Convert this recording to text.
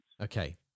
Okay